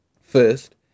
First